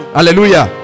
Hallelujah